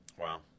wow